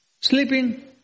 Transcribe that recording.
Sleeping